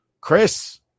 Chris